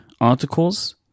articles